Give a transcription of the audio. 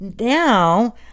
now